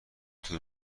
طول